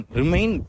remain